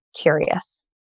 curious